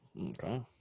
Okay